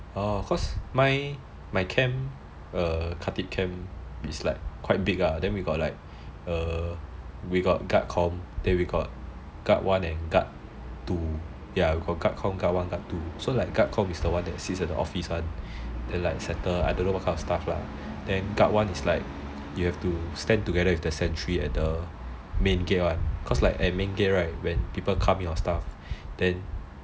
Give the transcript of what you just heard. orh cause mine my camp khatib camp is like quite big lah then we got like err guard com then we got guard one and guard two so like guard com is the one that sits at the office [one] then like settle I don't know what kind of stuff lah then guard one is like you have to stand together with the sentry at the main gate [one] cause at the main gate when people count your stuff